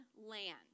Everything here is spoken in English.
land